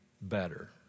better